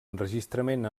enregistrament